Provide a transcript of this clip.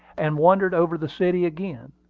and wandered over the city again.